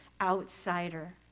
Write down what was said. outsider